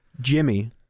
Jimmy